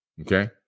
Okay